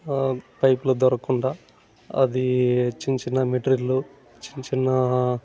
పైపులు దొరకకుండా అది చిన్న చిన్న మెటీరియల్లు చిన్న చిన్న